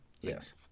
Yes